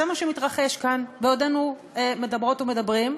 זה מה שמתרחש כאן בעודנו מדברות ומדברים,